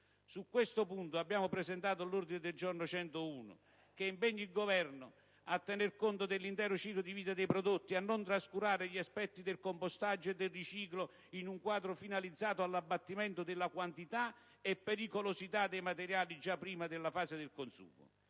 Su questo punto abbiamo presentato l'ordine del giorno G102, che impegna il Governo a tener conto dell'intero ciclo di vita dei prodotti e a non trascurare gli aspetti del compostaggio e del riciclo in un quadro finalizzato all'abbattimento della quantità e pericolosità dei materiali già prima della fase del consumo.